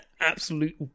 absolute